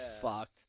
fucked